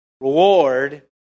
Reward